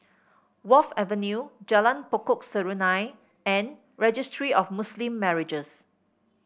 Wharf Avenue Jalan Pokok Serunai and Registry of Muslim Marriages